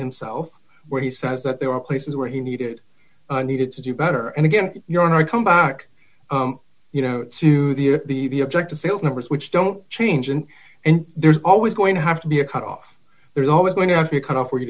himself where he says that there are places where he needed needed to do better and again to your honor come back you know to the the the objective sales numbers which don't change and and there's always going to have to be a cut off there is always going to have to cut off where you